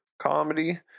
comedy